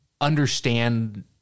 understand